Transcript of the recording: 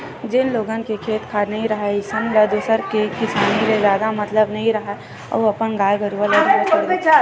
जेन लोगन के खेत खार नइ राहय अइसन ल दूसर के किसानी ले जादा मतलब नइ राहय अउ अपन गाय गरूवा ल ढ़िल्ला छोर देथे